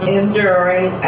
enduring